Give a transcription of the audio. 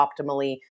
optimally